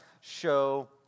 show